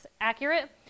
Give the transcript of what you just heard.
Accurate